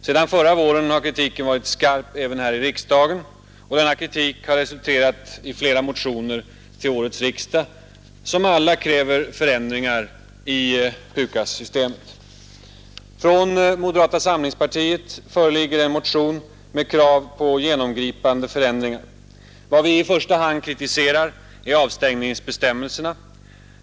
Sedan förra våren har kritiken varit skarp även här i riksdagen, och denna kritik har resulterat i flera motioner till årets riksdag, som alla kräver förändringar i PUKAS-systemet. Från moderata samlingspartiet föreligger en motion med krav om genomgripande förändringar. Vad vi i första hand kritiserar är avstängningsbestämmelserna.